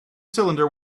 cylinder